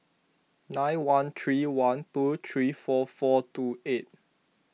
nine one three one two three four four two eight